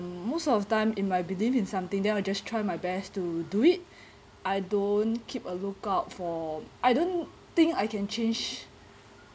most of time if I believe in something then I will just try my best to do it I don't keep a lookout for I don't think I can change